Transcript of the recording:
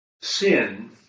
sin